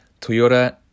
Toyota